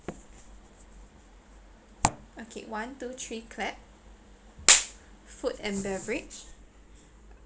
okay one two three clap food and beverage